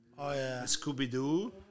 Scooby-Doo